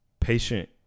patient